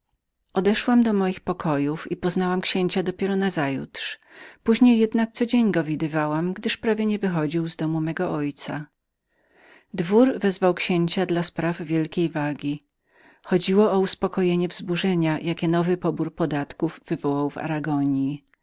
odeszłam do moich pokojów i poznałam księcia dopiero nazajutrz później jednak co dzień go widywałam gdyż prawie nie wychodził z domu mego ojca dwór wezwał księcia dla spraw wielkiej wagi chodziło o uspokojenie wzburzenia jakie nowy pobór podatków